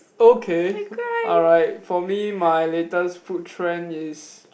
okay alright for me my latest food trend is